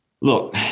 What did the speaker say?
Look